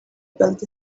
built